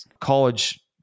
college